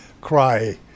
cry